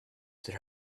that